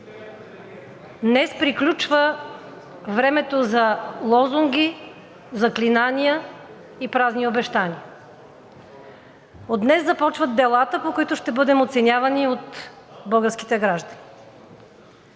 Днес приключва времето за лозунги, заклинания и празни обещания. От днес започват делата, по които ще бъдем оценявани от българските граждани.